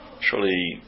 Surely